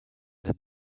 that